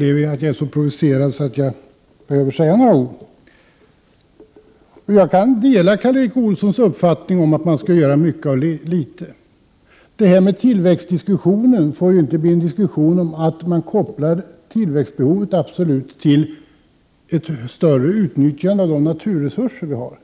är jag så provocerad att jag behöver säga några ord. Jag delar Karl Erik Olssons uppfattning att man skall göra mycket av litet. Tillväxtdiskussionen får ju inte bli en diskussion om att man absolut skall koppla tillväxtbehovet till ett större utnyttjande av de naturresurser vi har.